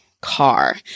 car